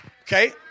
Okay